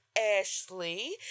ashley